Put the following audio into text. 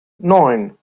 neun